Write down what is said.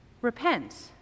Repent